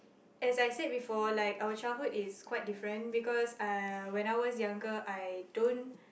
as I said before like our childhood is quite different because uh while I was younger I don't